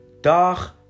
Dark